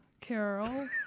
Carol